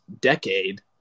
decade